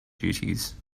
duties